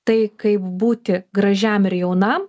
tai kaip būti gražiam ir jaunam